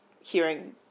hearing